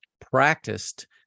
practiced